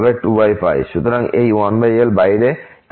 সুতরাং এই 1l বাইরে 2